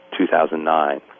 2009